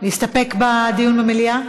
מה שהם, להסתפק בדיון במליאה?